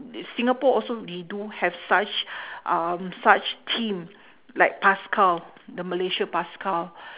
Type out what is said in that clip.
singapore also they do have such um such team like paskal the malaysia paskal